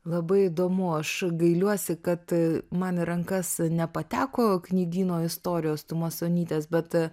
labai įdomu aš gailiuosi kad man į rankas nepateko knygyno istorijos tumasonytės bet